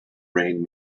rain